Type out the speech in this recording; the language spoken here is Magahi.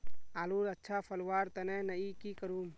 आलूर अच्छा फलवार तने नई की करूम?